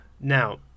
Now